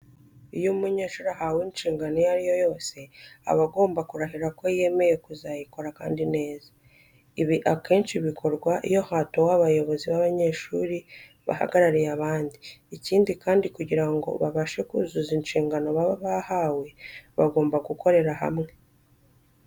Iyo umunyeshuri ahawe inshingano iyo ari yo yose aba agomba kurahira ko yemeye kuzayikora kandi neza. Ibi akenshi bikorwa iyo hatowe abayobozi b'abanyeshuri bahagarariye abandi. Ikindi kandi kugira ngo babashe kuzuza inshingano baba bahawe bagomba gukorera hamwe.